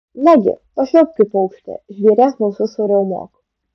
nagi pašvilpk kaip paukštė žvėries balsu suriaumok